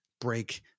break